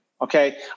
Okay